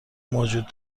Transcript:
موجود